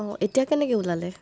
অঁ এতিয়া কেনেকে ওলালে